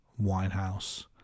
Winehouse